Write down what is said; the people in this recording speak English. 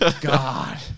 God